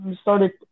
started